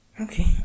okay